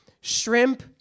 Shrimp